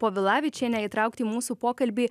povilavičienę įtraukt į mūsų pokalbį